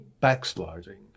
backsliding